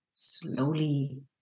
slowly